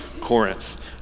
Corinth